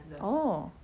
oh